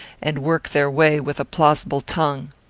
and worked their way with a plausible tongue.